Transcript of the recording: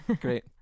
great